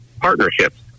partnerships